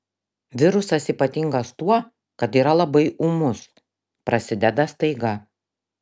virusas ypatingas tuo kad yra labai ūmus prasideda staiga